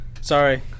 Sorry